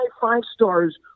five-stars